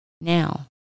Now